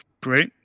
great